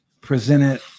presented